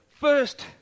first